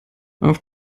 auf